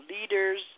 leaders